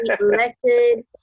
elected